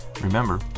Remember